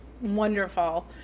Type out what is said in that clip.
wonderful